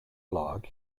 blog